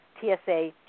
TSA